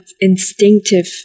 instinctive